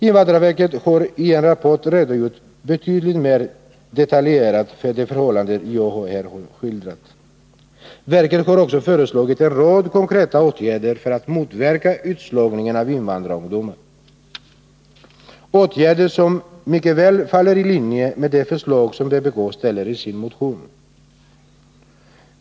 Invandrarverket har i en rapport redogjort betydligt mer detaljerat för de förhållanden som jag här har skildrat. Verket har också föreslagit en rad konkreta åtgärder för att motverka utslagningen av invandrarungdomar, åtgärder som mycket väl ligger i linje med de förslag som vpk framställer i sin motion.